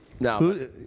No